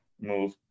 move